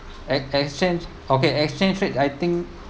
at exchange okay exchange rate I think